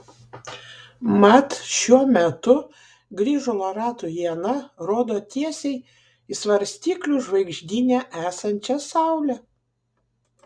mat šiuo metu grįžulo ratų iena rodo tiesiai į svarstyklių žvaigždyne esančią saulę